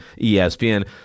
ESPN